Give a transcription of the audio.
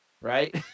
right